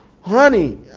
honey